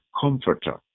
comforter